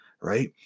right